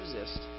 resist